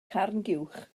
carnguwch